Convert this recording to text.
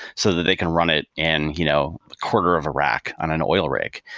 so that they can run it in you know quarter of a rack on an oil rig.